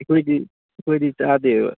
ꯑꯩꯈꯣꯏꯗꯤ ꯆꯥꯗꯦꯕ